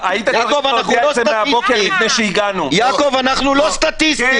יעקב, אנחנו לא סטטיסטים.